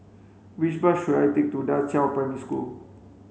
which bus should I take to Da Qiao Primary School